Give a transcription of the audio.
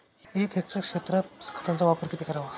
एक हेक्टर क्षेत्रात खताचा वापर किती करावा?